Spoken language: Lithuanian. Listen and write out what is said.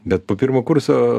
bet po pirmo kurso